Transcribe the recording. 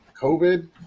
COVID